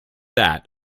that